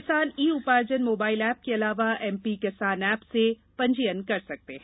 किसान ई उपार्जन mobile app के अलावा एमपी किसान एप से पंजीयन कर सकते हैं